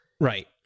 right